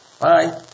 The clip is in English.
Bye